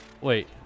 wait